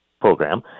program